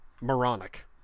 moronic